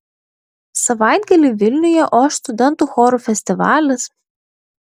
savaitgalį vilniuje oš studentų chorų festivalis